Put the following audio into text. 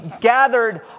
gathered